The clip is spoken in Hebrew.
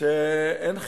שאין חמלה.